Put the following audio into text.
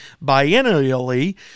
biennially